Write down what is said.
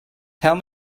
tell